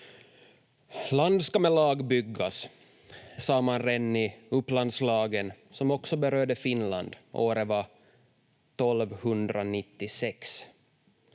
Land ska med lag byggas, sade man redan i Upplandslagen, som också berörde Finland. Året var 1296.